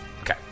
Okay